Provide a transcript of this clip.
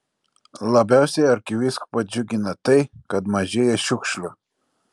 labiausiai arkivyskupą džiugina tai kad mažėja šiukšlių